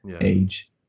age